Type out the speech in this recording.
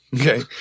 Okay